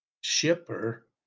shipper